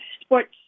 sports